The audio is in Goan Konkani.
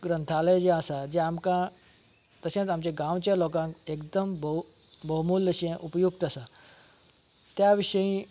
ग्रंथालय जी आसा जी आमकां तशेंच आमच्या गांवच्या लोकांक एकदम भौ भोवमुल्य अशें उपयूक्त आसा त्या विशयी